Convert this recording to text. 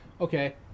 okay